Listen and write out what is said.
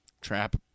trap